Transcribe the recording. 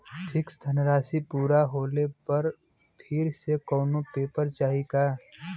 Fix धनराशी पूरा होले पर फिर से कौनो पेपर चाही का?